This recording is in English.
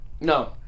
No